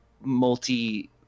multi-